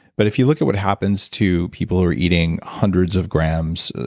but if you look at what happens to people who are eating hundreds of grams,